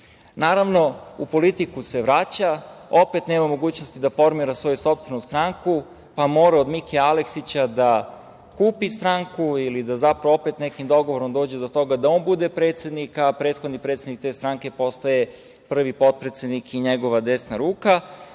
ponaša. Naravno, u politiku se vraća, opet nema mogućnosti da formira svoju sopstvenu stranku, pa je morao od Mike Aleksića da kupi stranku ili da zapravo opet nekim dogovorom dođe do toga da on bude predsednik, a prethodni predsednik te stranke postaje prvi potpredsednik i njegova desna ruka.